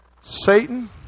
Satan